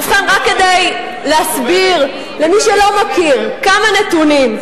ובכן, רק כדי להסביר למי שלא מכיר, כמה נתונים.